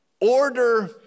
order